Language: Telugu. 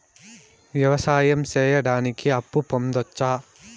వ్యవసాయం సేయడానికి అప్పు పొందొచ్చా?